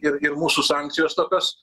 ir ir mūsų sankcijos tokios